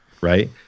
Right